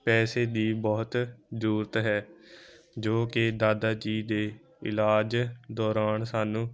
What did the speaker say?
ਪੈਸੇ ਦੀ ਬਹੁਤ ਜ਼ਰੂਰਤ ਹੈ ਜੋ ਕਿ ਦਾਦਾ ਜੀ ਦੇ ਇਲਾਜ ਦੌਰਾਨ ਸਾਨੂੰ